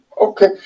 okay